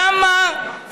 נא לשבת, חברי הכנסת.